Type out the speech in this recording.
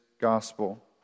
gospel